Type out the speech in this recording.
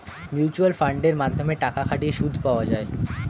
mutual ফান্ডের মাধ্যমে টাকা খাটিয়ে সুদ পাওয়া যায়